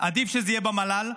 עדיף שזה יהיה במל"ל,